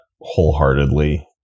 wholeheartedly